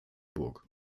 burg